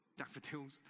daffodils